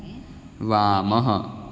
वामः